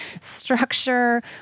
structure